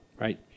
right